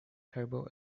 turbo